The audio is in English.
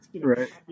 Right